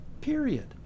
Period